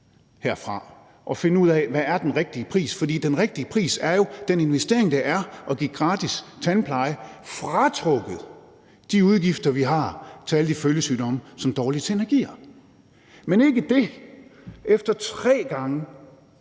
finde ud af, hvad den rigtige pris er. For den rigtige pris er jo den investering, der er ved at give gratis tandpleje fratrukket de udgifter, vi har, til alle de følgesygdomme, som dårlige tænder giver. Men end ikke det – efter tre gange,